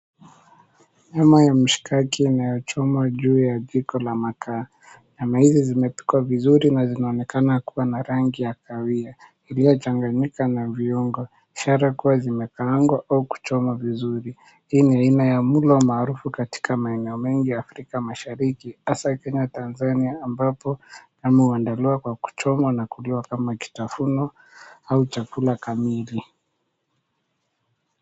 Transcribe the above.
Nyama ya mshakaki inayochomwa juu ya jiko la makaa. Nyama hizi zimepikwa vizuri na zinaonekana kuwa na rangi ya kahawia iliyochanganyika na viungo. Ishara kuwa zimekaangwa au kuchomwa vizuri. Hii ni aina ya mlo maarufu katika maeneo mengi ya Afrika Mashariki hasa Kenya na Tanzania ambapo huandaliwa kwa kuchomwa na kuliwa kama kitafuno au chakula kamili.